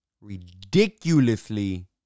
ridiculously